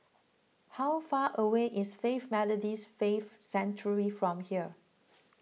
how far away is Faith Methodist Faith Sanctuary from here